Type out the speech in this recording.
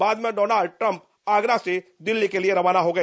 बाद में Donald Trump Agra से दिल्ली के किये रवाना हो गए